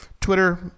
Twitter